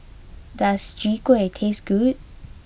does Chwee Kueh taste good